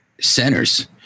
centers